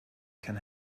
can